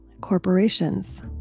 corporations